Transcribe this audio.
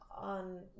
on